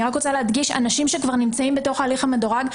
אני רק רוצה להדגיש שאנשים שכבר נמצאים בהליך המדורג,